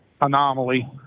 anomaly